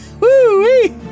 Woo-wee